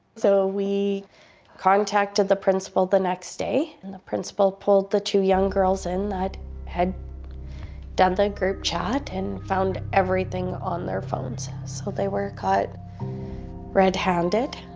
so, we contacted the principal the next day, and the principal pulled the two young girls in that had done the group chat, and found everything on their phones. so they were caught red handed.